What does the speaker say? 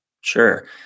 sure